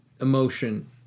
emotion